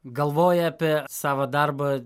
galvoji apie savo darbą